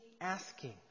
asking